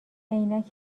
عینک